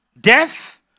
Death